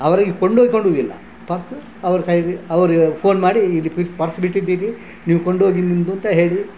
ಅವರಿಗೆ ಕೊಂಡೋಗಿ ಕೊಡುವುದಿಲ್ಲ ಪರ್ಸ್ ಅವರ ಕೈಯ್ಯಲ್ಲಿ ಅವರೇ ಫೋನ್ ಮಾಡಿ ಇಲ್ಲಿ ಪರ್ಸ್ ಬಿಟ್ಟಿದ್ದೀರಿ ನೀವು ಕೊಂಡೋಗಿ ನಿಮ್ಮದು ಅಂತ ಹೇಳಿ